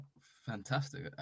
Fantastic